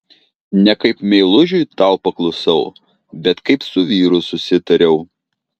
ne kaip meilužiui tau paklusau bet kaip su vyru susitariau